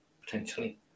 potentially